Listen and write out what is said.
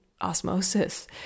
osmosis